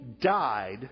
died